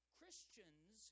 Christians